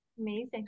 Amazing